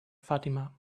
fatima